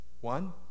One